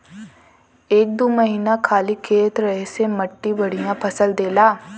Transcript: एक दू महीना खाली खेत रहे से मट्टी बढ़िया फसल देला